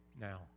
now